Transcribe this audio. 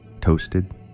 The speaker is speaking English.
Toasted